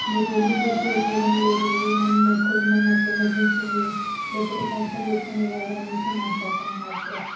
మీరు ఎందుకు లిఫ్ట్ చేయట్లే చేయడం లేదు నేను ఇక్కడ ఉన్న నాకు ఎమర్జెన్సీ ఉంది లేకపోతే క్యాన్సల్ చేసుకోండి రైడ్ అనేసి మాట్లాడతాము హార్షుగా